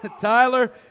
Tyler